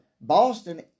Boston